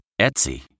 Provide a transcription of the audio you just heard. Etsy